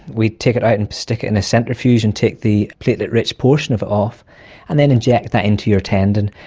we take it out and stick it in a centrifuge and take the platelet rich portion of it off and then inject that into your tendon.